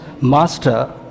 master